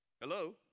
Hello